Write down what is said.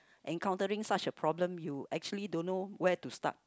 encountering such a problem you actually don't know where to start